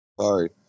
Sorry